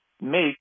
make